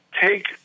take